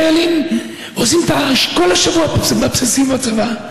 חיילים עושים את כל השבוע בבסיסים בצבא,